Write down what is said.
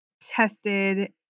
tested